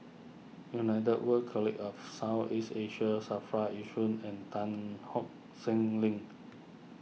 United World College of South East Asia Safra Yishun and Tan hock Seng Link